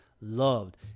loved